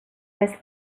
was